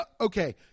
okay